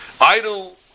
Idle